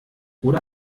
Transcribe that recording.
oder